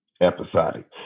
Episodic